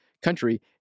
country